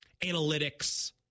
analytics